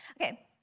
Okay